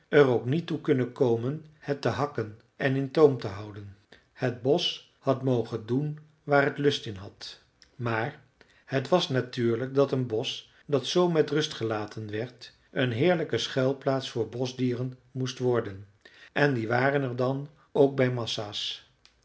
ook niet toe kunnen komen het te hakken en in toom te houden het bosch had mogen doen waar het lust in had maar het was natuurlijk dat een bosch dat zoo met rust gelaten werd een heerlijke schuilplaats voor boschdieren moest worden en die waren er dan ook bij massa's